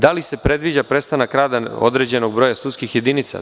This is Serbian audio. Da li se predviđa prestanak rada određenog broja sudskih jedinica?